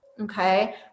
okay